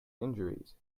injuries